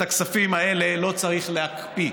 את הכספים האלה לא צריך להקפיא,